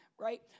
Right